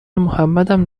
محمدم